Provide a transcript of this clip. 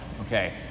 okay